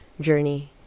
journey